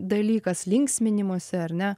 dalykas linksminimosi ar ne